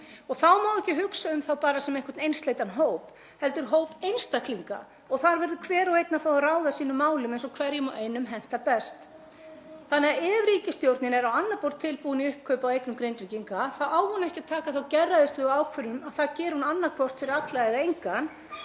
og þá má ekki hugsa um þá bara sem einsleitan hóp heldur hóp einstaklinga og þar verður hver og einn að fá að ráða sínum málum eins og hverjum og einum hentar best. Ef ríkisstjórnin er á annað borð tilbúin í uppkaup á eignum Grindvíkinga þá á hún ekki að taka þá gerræðislegu ákvörðun að það geri hún annaðhvort fyrir alla eða engan.